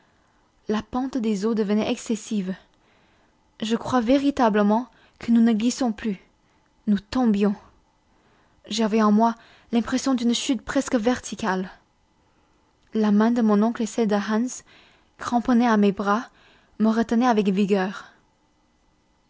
la pente des eaux devenait excessive je crois véritablement que nous ne glissions plus nous tombions j'avais en moi l'impression d'une chute presque verticale la main de mon oncle et celle de hans cramponnées à mes bras me retenaient avec vigueur